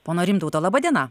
pono rimtauto laba diena